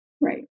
Right